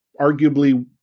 arguably